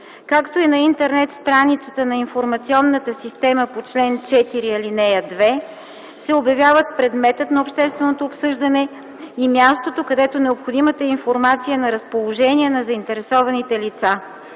както и на Интернет-страницата на информационната система по чл. 4, ал. 2 се обявяват предметът на обществено обсъждане и мястото, където необходимата информация е на разположение на заинтересуваните лица.